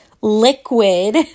liquid